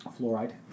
Fluoride